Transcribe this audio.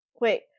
Wait